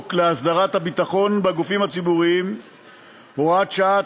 להסדרת הביטחון בגופים ציבוריים (הוראת שעה),